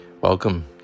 Welcome